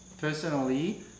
personally